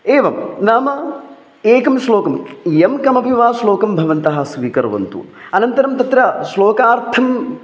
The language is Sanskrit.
एवं नाम एकं श्लोकं यं कमपि वा श्लोकं भवन्तः स्वीकर्वन्तु अनन्तरं तत्र श्लोकार्थम्